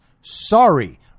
Sorry